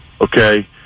okay